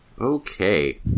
Okay